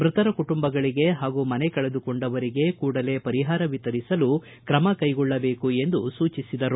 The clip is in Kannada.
ಮೃತರ ಕುಟುಂಬಗಳಿಗೆ ಹಾಗೂ ಮನೆ ಕಳೆದುಕೊಂಡವರಿಗೆ ಕೂಡಲೇ ಪರಿಹಾರ ವಿತರಿಸಲು ಕ್ರಮ ಕೈಗೊಳ್ಳಬೇಕು ಎಂದು ಸೂಚಿಸಿದರು